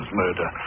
murder